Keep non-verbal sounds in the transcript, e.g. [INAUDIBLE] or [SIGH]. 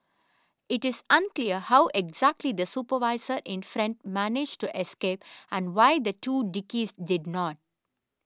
it is unclear how exactly the supervisor in front managed to escape and why the two [UNINTELLIGIBLE] did not